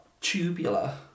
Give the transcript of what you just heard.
tubular